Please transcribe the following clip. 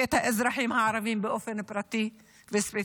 ואת האזרחים הערבים באופן פרטי וספציפי,